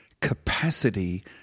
capacity